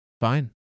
Fine